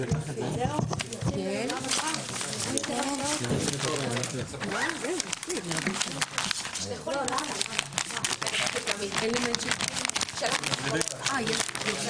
11:00.